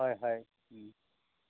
হয় হয়